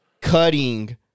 cutting